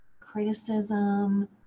criticism